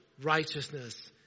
righteousness